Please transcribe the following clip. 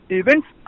events